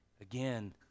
again